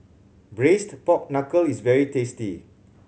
Braised Pork Knuckle is very tasty